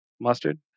Mustard